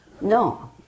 No